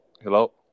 Hello